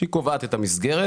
שקובעת את המסגרת